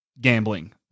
gambling